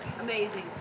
Amazing